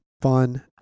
fun